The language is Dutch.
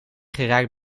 geraakt